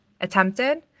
attempted